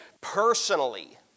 personally